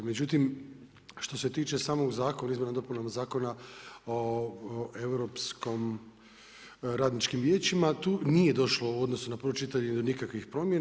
Međutim, što se tiče samog zakona, izmjenama i dopunama Zakona o Europskim radničkim vijećima tu nije došlo u odnosu na prvo čitanje do nikakvih promjena.